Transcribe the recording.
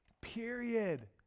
period